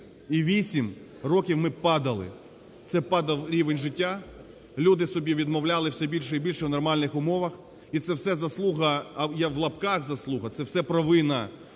і 8 років ми падали. Це падав рівень життя, люди собі відмовляли все більше і більше в нормальних умовах. І це все заслуга, в лапках "заслуга", це все провина